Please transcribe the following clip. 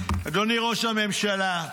אדוני ראש הממשלה,